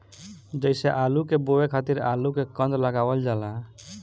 जइसे आलू के बोए खातिर आलू के कंद लगावल जाला